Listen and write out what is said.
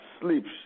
sleeps